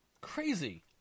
Crazy